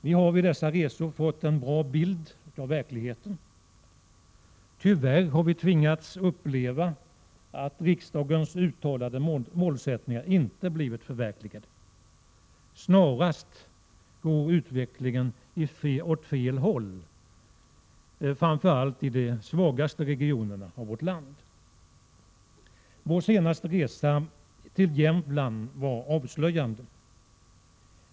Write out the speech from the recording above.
Vi har vid dessa resor fått en bra bild av verkligheten. Tyvärr har vi tvingats uppleva att riksdagens uttalade målsättningar inte har blivit förverkligade. Utvecklingen går snarast åt fel håll. Vägnätet blir allt sämre i de svagaste regionerna i vårt land. Vår senaste resa till Jämtland var avslöjande.